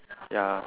ya